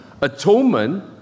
Atonement